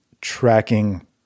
tracking